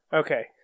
okay